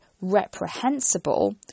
reprehensible